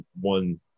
one